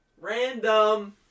Random